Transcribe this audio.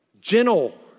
Gentle